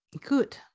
good